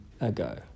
ago